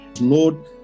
Lord